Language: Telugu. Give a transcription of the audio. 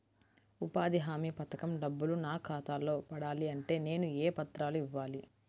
ఉపాధి హామీ పథకం డబ్బులు నా ఖాతాలో పడాలి అంటే నేను ఏ పత్రాలు ఇవ్వాలి?